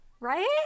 Right